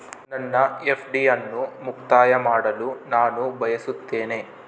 ನನ್ನ ಎಫ್.ಡಿ ಅನ್ನು ಮುಕ್ತಾಯ ಮಾಡಲು ನಾನು ಬಯಸುತ್ತೇನೆ